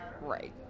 Right